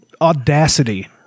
audacity